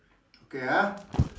okay ah